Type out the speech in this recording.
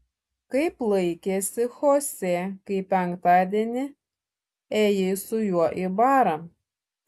kaip laikėsi chosė kai penktadienį ėjai su juo į barą